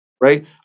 right